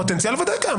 הפוטנציאל ודאי קיים.